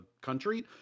country